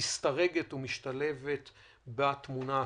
משתרגת ומשתלבת בתמונה הכוללת.